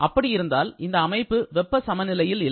அப்படி இருந்தால் இந்த அமைப்பு வெப்பச் சமநிலையில் இல்லை